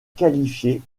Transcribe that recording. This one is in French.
qualifiée